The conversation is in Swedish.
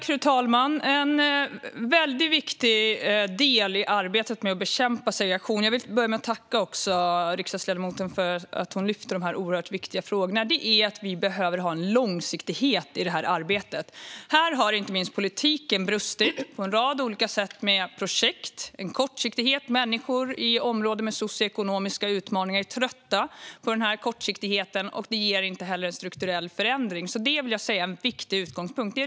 Fru talman! Jag vill börja med att tacka riksdagsledamoten för att hon lyfter de här oerhört viktiga frågorna. En väldigt viktig del i att bekämpa segregation är långsiktighet i arbetet. Här har inte minst politiken brustit på en rad olika sätt när det gäller projekt och kortsiktighet. Människor i områden med socioekonomiska utmaningar är trötta på kortsiktigheten som inte ger en strukturell förändring, så det vill jag säga är en viktig utgångspunkt.